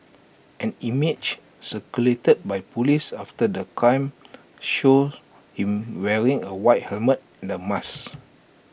an image circulated by Police after the crime showed him wearing A white helmet and A mask